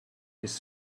his